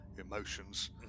Emotions